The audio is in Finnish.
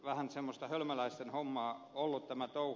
vähän semmoista hölmöläisten hommaa on ollut tämä touhu